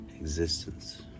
existence